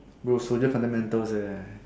bro soldier fundamentals eh